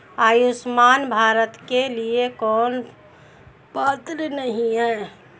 आयुष्मान भारत के लिए कौन पात्र नहीं है?